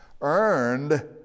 earned